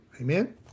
Amen